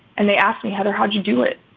and they asked me how to how do you do it?